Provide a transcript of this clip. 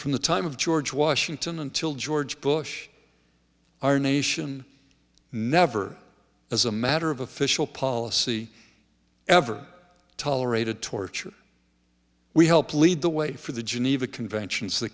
from the time of george washington until george bush our nation never as a matter of official policy ever tolerated torture we help lead the way for the geneva conventions the